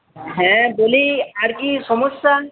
হ্যাঁ বলি আর কী সমস্যা